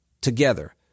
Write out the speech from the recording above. together